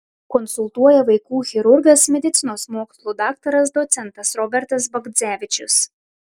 konsultuoja vaikų chirurgas medicinos mokslų daktaras docentas robertas bagdzevičius